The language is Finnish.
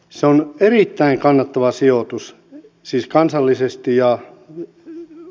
se on erittäin kannattava sijoitus siis kansallisesti ja hajautetusti